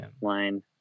line